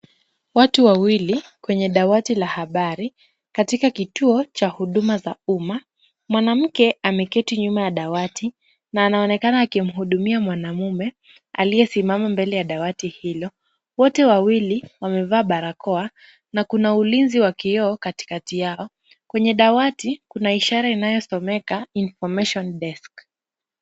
Watu wawili kwenye dawati la habari katika kituo cha huduma za umma, mwanamke ameketi nyuma ya dawati na anaonekana akimhudumia mwanamume aliyesimama mbele ya dawati hilo . Wote wawili wamevaa barakoa na kuna ulinzi wa kioo katikati yao. Kwenye dawati kuna ishara inayosomeka, Information Desk .